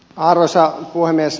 arvoisa puhemies